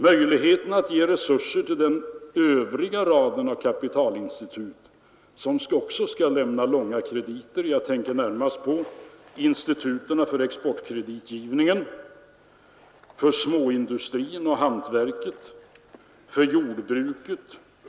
Möjligheterna att ge resurser till den övriga raden av kapitalinstitut, som också skall lämna långa krediter, måste beaktas. Jag tänker närmast på instituten för exportkreditgivning, för småindustrin och hantverket samt för jordbruket.